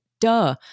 Duh